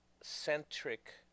centric